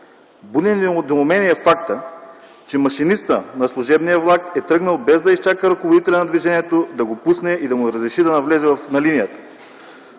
Буди недоумение фактът, че машинистът на служебния влак е тръгнал без да изчака ръководителя на движението да го пусне и да му разреши да навлезе на линията.